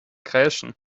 kreischen